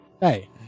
Hey